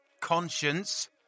conscience